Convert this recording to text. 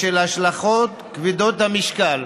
בשל ההשלכות כבדות המשקל